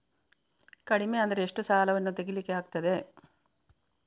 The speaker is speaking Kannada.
ಕಡಿಮೆ ಅಂದರೆ ಎಷ್ಟು ಸಾಲವನ್ನು ತೆಗಿಲಿಕ್ಕೆ ಆಗ್ತದೆ?